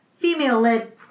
female-led